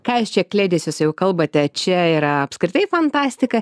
ką jūs čia kliedesius jau kalbate čia yra apskritai fantastika